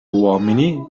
uomini